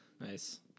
Nice